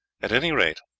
at any rate,